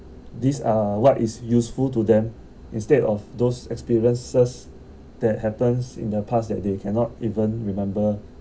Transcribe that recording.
these are what is useful to them instead of those experiences that happens in the past that they cannot even remember